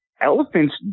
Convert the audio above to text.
elephants